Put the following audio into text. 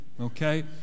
Okay